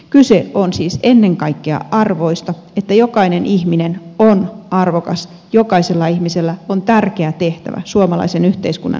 kyse on siis ennen kaikkea arvoista että jokainen ihminen on arvokas jokaisella ihmisellä on tärkeä tehtävä suomalaisen yhteiskunnan rakentamisessa